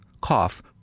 cough